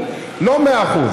אנחנו מאחלים